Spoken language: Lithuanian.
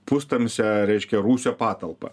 pustamsę reiškia rūsio patalpą